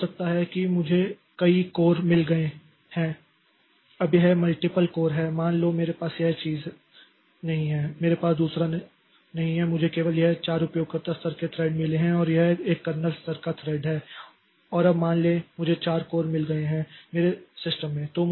तो हो सकता है कि मुझे कई कोर मिल गए हैं अब यह मल्टीपल कोर है मान लो मेरे पास यह चीज नहीं है मेरे पास दूसरा नहीं है मुझे केवल यह 4 उपयोगकर्ता स्तर के थ्रेड मिले हैं और यह एक कर्नेल स्तर का थ्रेड है और अब मान लें कि मुझे 4 कोर मिल गए हैं मेरे सिस्टम में